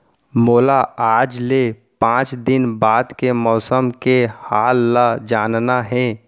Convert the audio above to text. मोला आज ले पाँच दिन बाद के मौसम के हाल ल जानना हे?